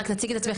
רק תציגי את עצמך.